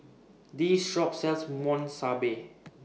This Shop sells Monsunabe